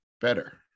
better